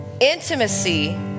Intimacy